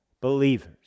Believers